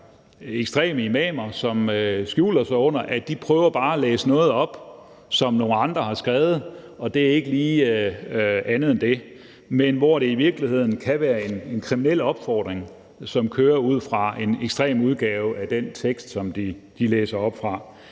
ekstreme imamer, som skjuler sig bag, at de bare prøver at læse noget op, som nogle andre har skrevet, og at der ikke er tale om andet end det, men hvor det i virkeligheden kan være en kriminel opfordring, som kører ud fra en ekstrem udgave af den tekst, som de læser op fra.